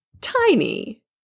tiny